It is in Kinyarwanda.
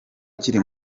ukiri